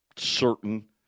certain